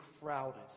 crowded